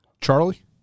Charlie